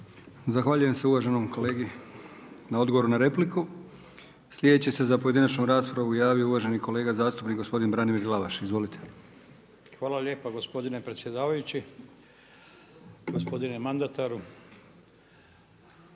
Zahvaljujem se uvaženom kolegi na odgovoru na repliku. Slijedeći se za pojedinačnu raspravu javio uvaženi kolega zastupnik gospodin Branimir Glavaš. Izvolite. **Glavaš, Branimir (HDSSB)** Hvala lijepa gospodine predsjedavajući. Gospodine mandataru